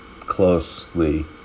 closely